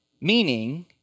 Meaning